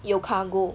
有 cargo